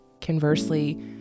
Conversely